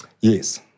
Yes